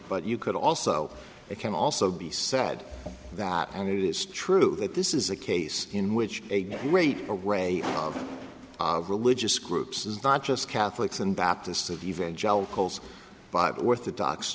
but you could also it can also be said that and it is true that this is a case in which a great way of religious groups is not just catholics and baptists of evangelicals by orthodox